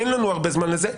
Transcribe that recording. אין לנו הרבה זמן לזה.